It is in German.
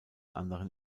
anderen